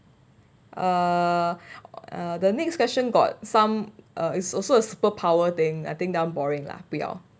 uh uh the next question got some uh it's also a super power thing I think that [one] boring lah 不要